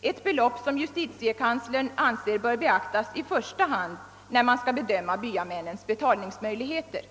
ett belopp som justitiekanslern anser bör beaktas i första hand när man skall bedöma byamännens betalningsmöjligheter.